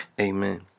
amen